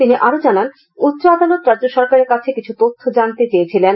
তিনি আরো জানান উচ্চ আদালত রাজ্য সরকারের কাছে কিছু তথ্য জানতে চেয়েছিলেন